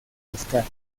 pescar